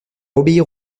obéir